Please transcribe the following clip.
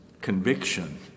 conviction